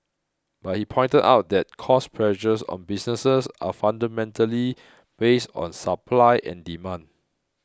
but he pointed out that cost pressures on businesses are fundamentally based on supply and demand